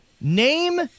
Name